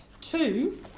two